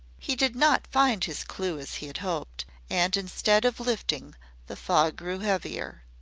he did not find his clew as he had hoped, and instead of lifting the fog grew heavier.